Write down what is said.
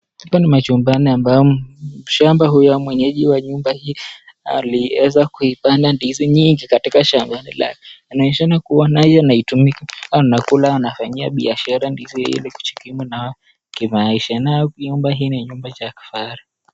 Hapa ni machumbani ambao shamba hilo mwenyeji wa nyumba hii alieza kuipanda ndizi nyingi katika shamba lake, anaonyeshana kuwa nayo anaitumia anakula, anafanyia biashara ndizi hii ili kujikimu nayo kimaisha. Nayo nyumba hii ni nyumba cha kifaahari.